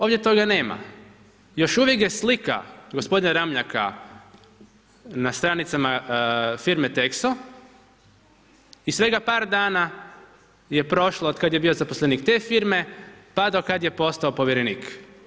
Ovdje toga nema, još uvijek je slika gospodina Ramljaka na stranicama firme Texo i svega par dana je prošlo otkad je bio zaposlenik te firme pa do kad je postao povjerenik.